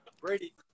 Brady